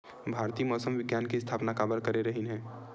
भारती मौसम विज्ञान के स्थापना काबर करे रहीन है?